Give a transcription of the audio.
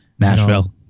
Nashville